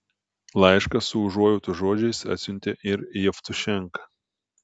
laišką su užuojautos žodžiais atsiuntė ir jevtušenka